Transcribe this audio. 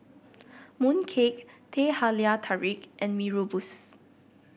mooncake Teh Halia Tarik and Mee Rebus